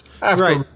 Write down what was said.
Right